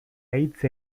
hitz